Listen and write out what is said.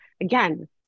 again